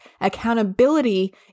Accountability